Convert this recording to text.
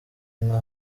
nka